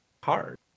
hard